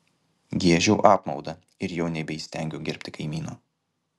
giežiau apmaudą ir jau nebeįstengiau gerbti kaimyno